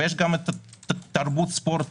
ויש גם תרבות ספורט